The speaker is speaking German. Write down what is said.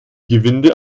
gewinde